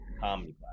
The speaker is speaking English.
comedy